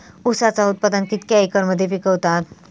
ऊसाचा उत्पादन कितक्या एकर मध्ये पिकवतत?